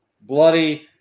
bloody